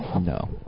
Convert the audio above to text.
No